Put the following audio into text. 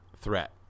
threat